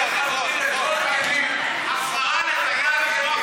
הפרעה לחייל,